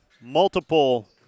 multiple